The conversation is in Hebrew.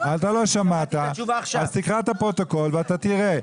אתה לא שמעת, אז תקרא את הפרוטוקול ואתה תראה.